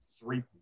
three